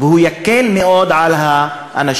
והוא יקל מאוד על האנשים.